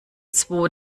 zwo